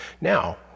Now